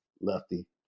Lefty